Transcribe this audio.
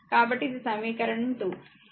కాబట్టి ఇది సమీకరణం 2